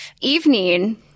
Evening